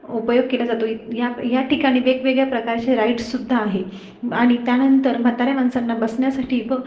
उपयोग केला जातो ह्या या ठिकाणी वेगवेगळ्या प्रकारचे राईड्ससुद्धा आहे आणि त्यानंतर म्हाताऱ्या माणसांना बसण्यासाठी